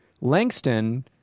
Langston